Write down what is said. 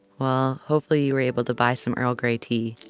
well, hopefully, you were able to buy some earl gray tea.